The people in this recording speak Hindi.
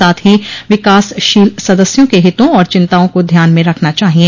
साथ ही विकासशील सदस्यों के हितों और चिंताओं को ध्यान में रखना चाहिए